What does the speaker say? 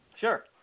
Sure